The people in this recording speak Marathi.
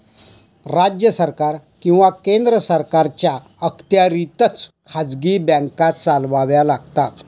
राज्य सरकार किंवा केंद्र सरकारच्या अखत्यारीतच खाजगी बँका चालवाव्या लागतात